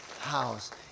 house